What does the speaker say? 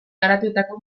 garatuetako